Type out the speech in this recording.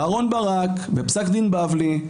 אהרון ברק בפסק דין בבלי,